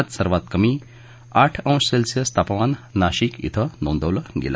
आज सर्वात कमी आठ अंश सेल्सिअस तापमान नाशिक इथं नोंदवलं गेलं